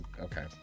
Okay